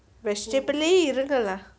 vegetable leh இருங்க:irungga lah